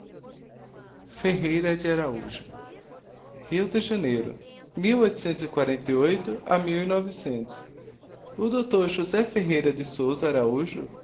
ferreira de araújo rio de janeiro de amigo e novecentos o dr josé ferreira de souza araújo